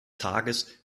tages